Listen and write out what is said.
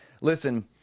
Listen